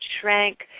shrank